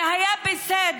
זה היה בסדר.